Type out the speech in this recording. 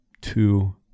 two